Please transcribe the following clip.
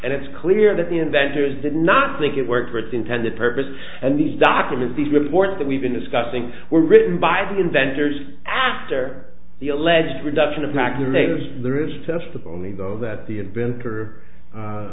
and it's clear that the inventors did not think it worked for its intended purpose and these documents these reports that we've been discussing were written by the inventors after the alleged reduction of not their names there is a test of only those that the inventor